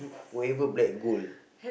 forever black gold